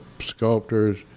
sculptors